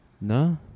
No